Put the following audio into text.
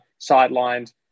sidelined